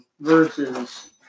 versus